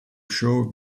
show